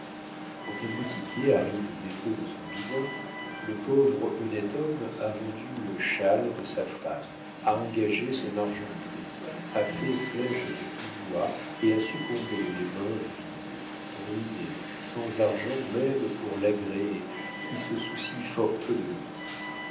quand un boutiquier arrive au dépôt de son bilan le pauvre honnête homme a vendu le châle de sa femme a engagé son argenterie a fait flèche de tout bois et a succombé les mains vides ruiné sans argent même pour l'agréé qui se soucie fort peu de lui